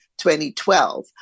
2012